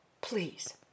Please